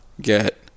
get